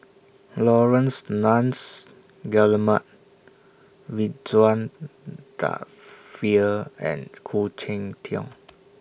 Laurence Nunns Guillemard Ridzwan Dzafir and Khoo Cheng Tiong